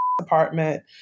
apartment